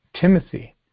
Timothy